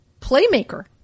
playmaker